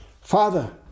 Father